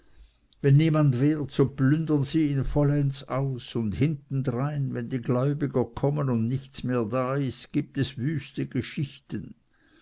wenn niemand wehrt so plündern sie ihn vollends aus und hintendrein wenn die gläubiger kommen und nichts mehr da ist gibt es wüste geschichten